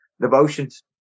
devotions